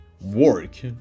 work